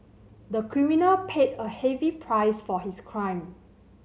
the criminal paid a heavy price for his crime